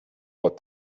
what